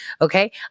Okay